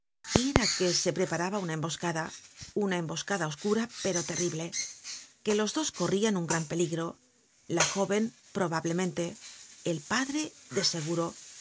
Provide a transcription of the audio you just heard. era que se preparaba una emboscada una emboscada oscura pero terrible que los dos corrian un gran peligro la joven probablemente el padre de seguro